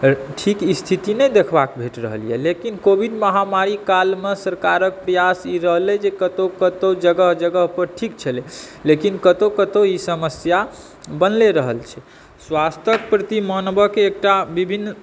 ठीक स्थितिमे नहि देखबाक भेट रहल यऽ लेकिन कोविड महामारी कालमे सरकारक प्रयास ई रहलै जे कतौ कतौ जगह जगह पर ठीक छलैय लेकिन कतौ कतौ ई समस्या बनेलै रहल छै स्वास्थ्यक प्रति मानवक एकटा विभिन्न